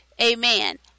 amen